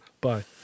Bye